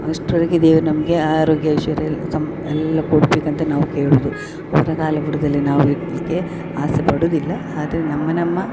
ಅಷ್ಟ್ರವರೆಗೆ ದೇವ್ರು ನಮಗೆ ಆರೋಗ್ಯ ಐಶ್ವರ್ಯ ಎಲ್ಲ ತಮ್ಮ ಎಲ್ಲಾ ಕೊಡಬೇಕಂತ ನಾವು ಕೇಳುದು ಅವರ ಕಾಲ ಬುಡದಲ್ಲೆ ನಾವು ಇರ್ ಇರಲ್ಲಿಕ್ಕೆ ಆಸೆ ಪಡುದಿಲ್ಲ ಆದರೆ ನಮ್ಮ ನಮ್ಮ